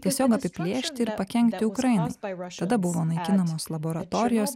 tiesiog apiplėšti ir pakenkti ukrainai tada buvo naikinamos laboratorijos